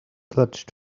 clutch